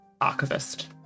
archivist